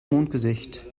mondgesicht